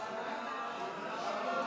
תיקון מס'